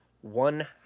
one